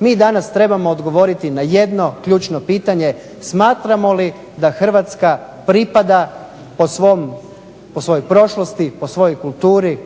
MI danas trebamo odgovoriti na jedno ključno pitanje smatramo li da Hrvatska pripada po svojoj prošlosti, po svojoj kulturi,